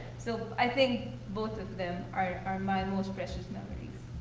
so but i think both of them are are my most precious memories.